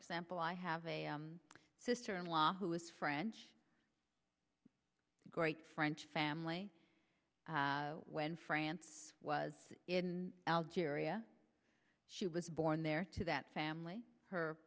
example i have a sister in law who is french great french family when france was in algeria she was born there to that family her